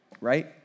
right